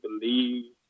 believe